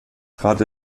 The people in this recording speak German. trat